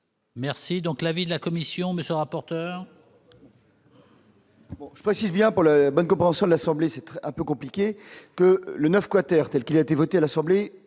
Merci donc l'avis de la Commission, monsieur rapporteur. Je précise bien pour la bonne compréhension de l'Assemblée, c'était un peu compliqué que le 9 quater telle qu'il a été votée à l'Assemblée